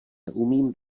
neumím